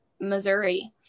Missouri